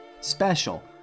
special